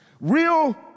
Real